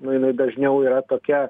nu jinai dažniau yra tokia